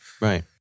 Right